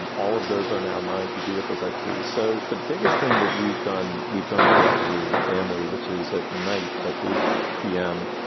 and all of those are now mine to do with as i please. so the biggest thing that we've done, we've done collectively as a family, which is at night at eight zero p m,